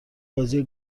بازی